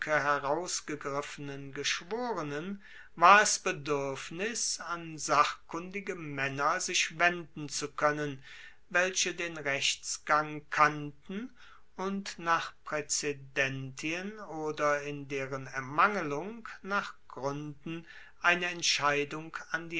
herausgegriffenen geschworenen war es beduerfnis an sachkundige maenner sich wenden zu koennen welche den rechtsgang kannten und nach praezedentien oder in deren ermangelung nach gruenden eine entscheidung